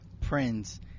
prince